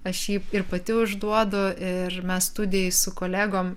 aš jį ir pati užduodu ir mes studijoj su kolegom